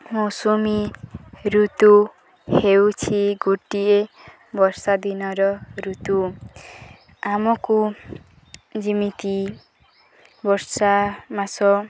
ମୌସୁମୀ ଋତୁ ହେଉଛି ଗୋଟିଏ ବର୍ଷା ଦିନର ଋତୁ ଆମକୁ ଯେମିତି ବର୍ଷା ମାସ